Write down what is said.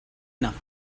enough